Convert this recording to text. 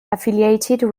affiliated